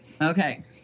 Okay